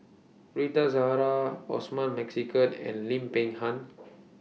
Rita Zahara Osman Merican and Lim Peng Han